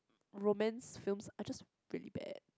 romance films are just really bad